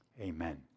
amen